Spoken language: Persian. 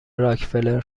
راکفلر